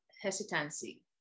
hesitancy